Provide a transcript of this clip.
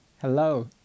Hello